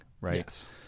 right